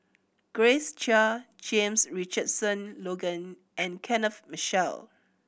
Grace Chia James Richardson Logan and Kenneth Mitchell